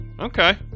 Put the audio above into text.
Okay